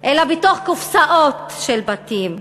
אלא בתוך קופסאות של בתים.